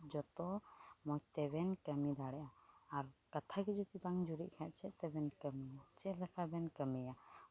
ᱡᱚᱛᱚ ᱢᱚᱡᱽ ᱛᱮᱵᱮᱱ ᱠᱟᱹᱢᱤ ᱫᱟᱲᱮᱭᱟᱜᱼᱟ ᱟᱨ ᱠᱟᱛᱷᱟ ᱜᱮ ᱡᱩᱫᱤ ᱵᱟᱝ ᱡᱩᱨᱤᱜ ᱠᱷᱟᱱ ᱪᱮᱫ ᱛᱮᱵᱮᱱ ᱠᱷᱟᱹᱢᱤᱭᱟ ᱪᱮᱫ ᱞᱮᱠᱟ ᱵᱮᱱ ᱠᱟᱹᱢᱤᱭᱟ